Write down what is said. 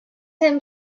him